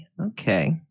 Okay